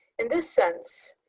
in this sense,